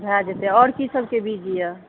भए जेतै आओर की सबके बीज यऽ